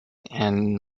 and